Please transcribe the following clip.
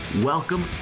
Welcome